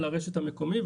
על הרשת המקומית,